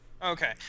Okay